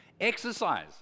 Exercise